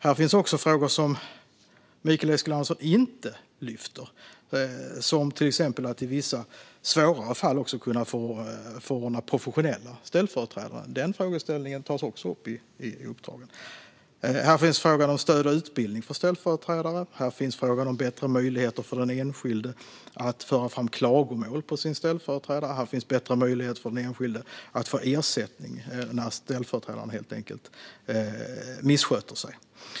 Där finns också frågor som Mikael Eskilandersson inte lyfter upp, till exempel att man i vissa svårare fall ska kunna få professionella ställföreträdare. Denna frågeställning tas också upp i uppdraget. Där finns frågan om stöd och utbildning för ställföreträdare. Där finns frågan om bättre möjligheter för den enskilde att föra fram klagomål på sin ställföreträdare. Där finns bättre möjligheter för den enskilde att få ersättning när ställföreträdaren missköter sig.